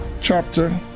chapter